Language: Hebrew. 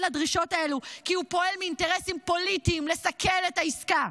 לדרישות הללו כי הוא פועל מאינטרסים פוליטיים לסכל את העסקה.